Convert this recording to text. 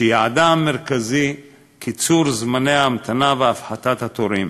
שיעדה המרכזי קיצור זמני ההמתנה והפחתת התורים.